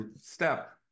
step